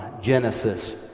Genesis